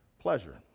pleasure